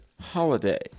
holiday